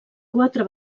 quatre